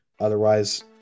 Otherwise